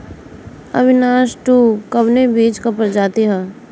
अविनाश टू कवने बीज क प्रजाति ह?